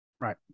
Right